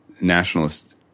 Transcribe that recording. nationalist